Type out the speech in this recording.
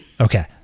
Okay